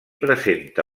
presenta